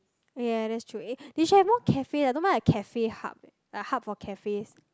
ya that's true eh they should more cafe leh I don't mind a cafe hub eh like hub for cafes